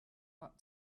that